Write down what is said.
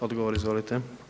Odgovor, izvolite.